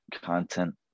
content